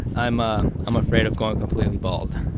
i'm ah um afraid of going completely bald.